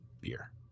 beer